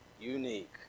unique